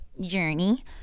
journey